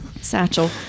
satchel